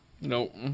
Nope